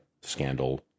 scandal